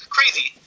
Crazy